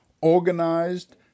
organized